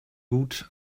gut